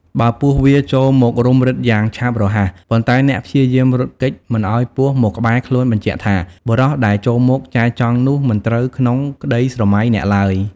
បើពស់វារចូលមករុំរឹតយ៉ាងឆាប់រហ័ស ប៉ុន្តែអ្នកព្យាយាមរត់គេចមិនឲ្យពស់មកក្បែរខ្លួនបញ្ជាក់ថា បុរសដែល ចូលមកចែចង់នោះមិនត្រូវក្នុងក្តីស្រមៃអ្នកឡើយ។